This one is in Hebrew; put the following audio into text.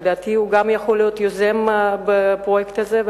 לדעתי גם הוא יכול לשתף פעולה בנושא הזה.